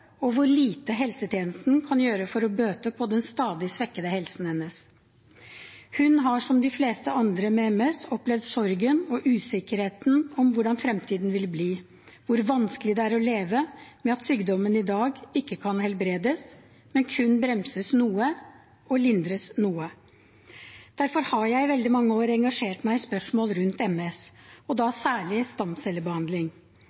og hvor lite helsetjenesten kan gjøre for å bøte på den stadig svekkede helsen hennes. Hun har, som de fleste andre med MS, opplevd sorgen og usikkerheten om hvordan fremtiden vil bli, hvor vanskelig det er å leve med at sykdommen i dag ikke kan helbredes, men kun bremses noe og lindres noe. Derfor har jeg i veldig mange år engasjert meg i spørsmål rundt MS, og